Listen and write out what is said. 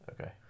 Okay